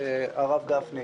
הרב גפני,